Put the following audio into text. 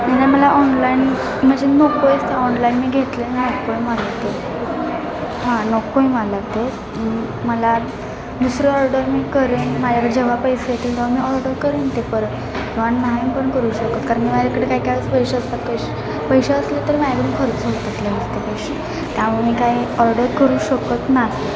नाही नाही मला ऑनलाईन म्हणजे नको आहेच ते ऑनलाईन मी घेतलं आहे पण मला ते हां नको आहे मला ते मला दुसरं ऑर्डर मी करेन माझ्याकडे जेव्हा पैसे येतील तेव्हा मी ऑर्डर करेन ते परत किंवा नाही पण करू शकत कारण माझ्याकडे काय काय वेळेस पैसे असतात पैसे पैसे असलं तर माझ्याकडून खर्च होतात लगेच ते पैसे त्यामुळे मी काही ऑर्डर करू शकत नाही